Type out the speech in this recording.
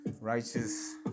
righteous